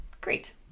Great